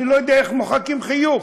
אני לא יודע איך מוחקים חיוך.